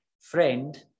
friend